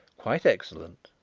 quite excellent,